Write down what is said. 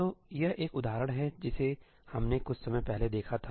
तो यह एक उदाहरण है जिसे हमने कुछ समय पहले देखा था